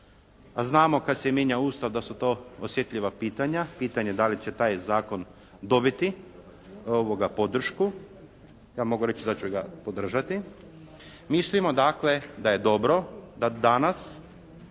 A znamo kad se mijenja Ustav da su to osjetljiva pitanja. Pitanje da li će taj zakon dobiti podršku. Ja mogu reći da ću ga podržati. Mislimo dakle da je dobro, da danas